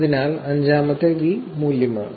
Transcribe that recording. അതിനാൽ അഞ്ചാമത്തെ വി മൂല്യമാണ്